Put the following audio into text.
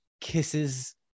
kisses